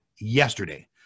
yesterday